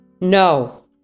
no